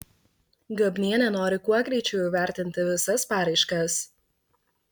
gabnienė nori kuo greičiau įvertinti visas paraiškas